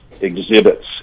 exhibits